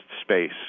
space